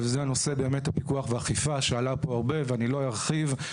וזה נושא באמת הפיקוח והאכיפה שעלה פה הרבה ואני לא ארחיב,